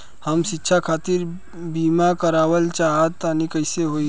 हम शिक्षा खातिर बीमा करावल चाहऽ तनि कइसे होई?